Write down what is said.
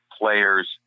players